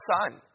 son